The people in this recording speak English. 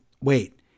wait